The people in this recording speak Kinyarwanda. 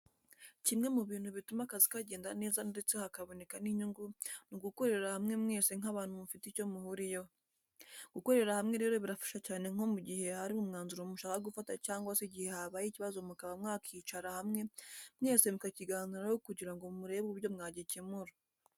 Kimwe mu bintu bituma akazi kagenda neza ndetse hakaboneka n’inyungu ni ugukorera hamwe mwese nk’abantu mufite icyo muhuriyeho. Gukorera hamwe rero birafasha cyane nko mu gihe hari umwanzuro mushaka gufata cyangwa se igihe habaye ikibazo mukaba mwakwicara hamwe mwese mukakiganiraho kugira ngo murebe uburyo mwagikemura.